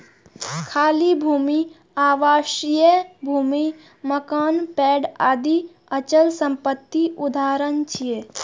खाली भूमि, आवासीय भूमि, मकान, पेड़ आदि अचल संपत्तिक उदाहरण छियै